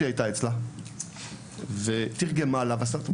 היא הייתה אצלה כמה שעות והקריאה לה את מה שרצתה.